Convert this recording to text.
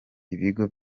ibigo